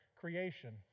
creation